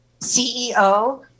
CEO